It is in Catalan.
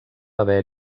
haver